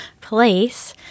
place